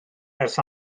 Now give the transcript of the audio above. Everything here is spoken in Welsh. ers